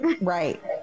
Right